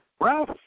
Ralph